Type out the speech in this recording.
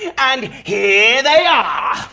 and here they are!